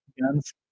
guns